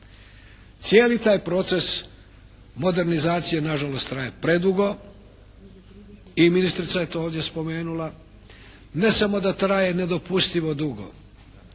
Cijeli taj proces modernizacije na žalost traje predugo i ministrica je to ovdje spomenula. Ne samo da traje nedopustivo dugo,